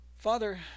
Father